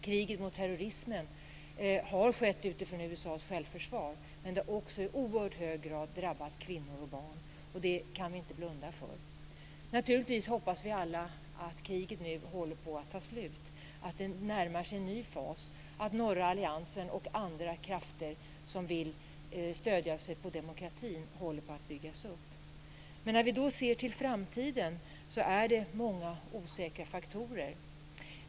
Kriget mot terrorismen har skett utifrån USA:s självförsvar, men det har också i oerhört hög grad drabbat kvinnor och barn. Det kan vi inte blunda för. Naturligtvis hoppas vi alla att kriget nu håller på att ta slut, att det närmar sig en ny fas och att norra alliansen och andra krafter som vill stödja sig på demokratin håller på att byggas upp. Men sett till framtiden finns det många osäkra faktorer.